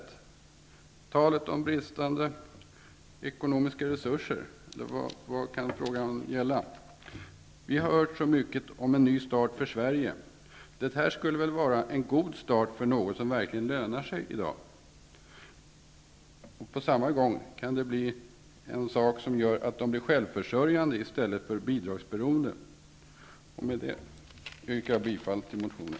Det har talats om bristande ekonomiska resurser, men vad kan frågan gälla? Vi har hört så mycket om en ny start för Sverige. Det här skulle vara en god start för någonting som verkligen lönar sig i dag. På samma gång kunde det innebära att man blir självförsörjande och inte bidragsberoende. Med detta yrkar jag bifall till reservationen.